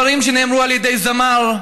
דברים שנאמרו על ידי זמר.